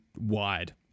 wide